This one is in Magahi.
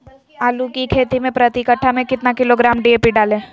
आलू की खेती मे प्रति कट्ठा में कितना किलोग्राम डी.ए.पी डाले?